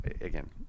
again